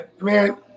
man